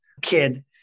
kid